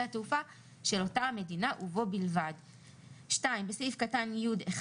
תעופה של אותה מדינה ובו בלבד"."; בסעיף קטן (י1)